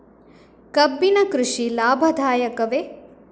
ಕಬ್ಬಿನ ಕೃಷಿ ಲಾಭದಾಯಕವೇ?